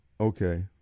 Okay